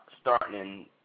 starting